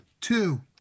Two